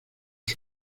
sus